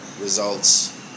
results